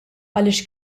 għaliex